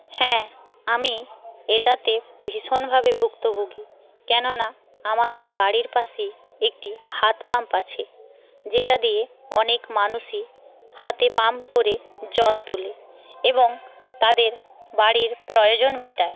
হ্যাঁ আমি এটাতে ভীষণভাবে ভুক্তভোগী কেননা আমার বাড়ির পাশে একটা হাতপাম্প আছে যেটা দিয়ে অনেক মানুষই হাতে পাম্প করে জল তোলে এবং তাদের বাড়ির প্রয়োজন মেটায়